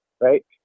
right